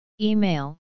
Email